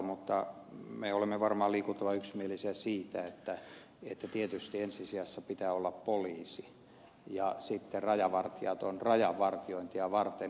mutta me olemme varmaan liikuttavan yksimielisiä siitä että tietysti ensi sijassa pitää olla poliisi ja sitten rajavartijat ovat rajan vartiointia varten